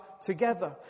together